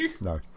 No